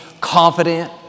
confident